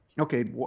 Okay